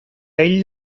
ell